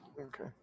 Okay